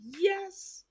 Yes